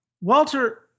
Walter